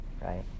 right